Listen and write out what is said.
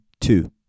Two